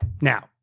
now